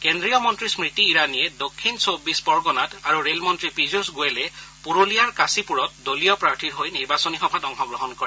কেন্দ্ৰীয় মন্ত্ৰী স্মৃতি ইৰাণীয়ে দক্ষিণ চৌবিবশ পৰগণাত আৰু ৰে'লমন্ত্ৰী পীয়ুষ গোৱেলে পুৰুলীয়াৰ কাশীপুৰত দলীয় প্ৰাৰ্থীৰ হৈ নিৰ্বাচনী সভাত অংশগ্ৰহণ কৰে